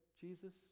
Jesus